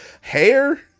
hair